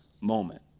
moment